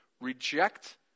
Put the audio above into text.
reject